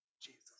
Jesus